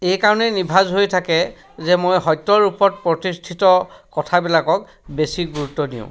এইকাৰণেই নিভাঁজ হৈ থাকে যে মই সত্যৰ ৰূপত প্ৰতিষ্ঠিত কথাবিলাকক বেছি গুৰুত্ব দিওঁ